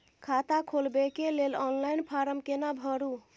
खाता खोलबेके लेल ऑनलाइन फारम केना भरु?